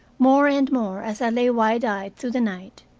more and more, as i lay wide-eyed through the night,